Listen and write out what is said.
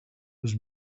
was